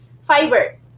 fiber